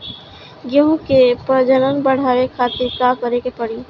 गेहूं के प्रजनन बढ़ावे खातिर का करे के पड़ी?